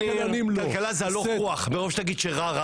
כלכלה זה הלך רוח ומרוב שתגידו שרע,